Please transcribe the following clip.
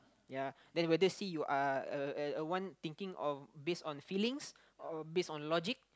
ya then whether see you are a a one thinking of based on feelings or based on logic